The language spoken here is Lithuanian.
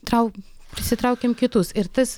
trau prisitraukim kitus ir tas